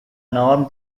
norm